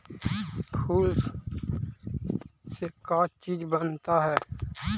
फूल से का चीज बनता है?